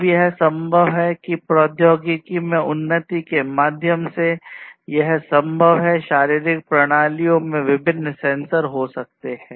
अब यह संभव है कि प्रौद्योगिकी में उन्नति के माध्यम से यह संभव है शारीरिक प्रणालियों में विभिन्न सेंसर हो सकते हैं